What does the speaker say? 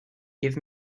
give